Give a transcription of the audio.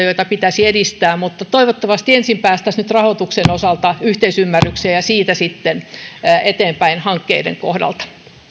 hankkeita joita pitäisi edistää mutta toivottavasti ensin päästäisiin nyt rahoituksen osalta yhteisymmärrykseen ja siitä sitten eteenpäin hankkeiden kohdalta